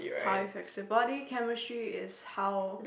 how it affects your body chemistry is how